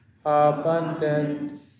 abundant